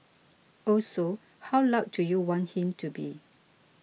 also how loud do you want him to be